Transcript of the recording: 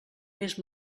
més